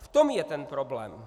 V tom je ten problém.